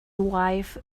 wife